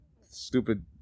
stupid